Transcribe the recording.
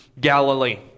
galilee